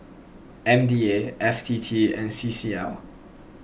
M D A F T T and C C L